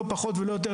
פחות או יותר,